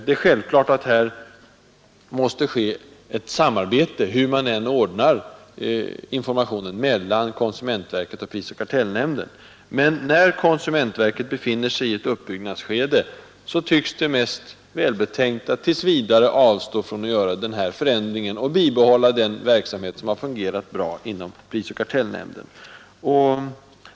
Det är självklart att här måste ske ett samarbete mellan konsumentverket och prisoch kartellnämnden, hur man än ordnar informationen. Men när konsumentverket befinner sig i ett uppbyggnadsskede, tycks det mest välbetänkt att tills vidare avstå från att göra den här förändringen. Man bör i stället bibehålla den verksamhet som fungerat bra inom prisoch kartellnämnden.